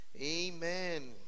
Amen